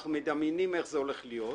אנחנו מדמיינים איך זה הולך להיות,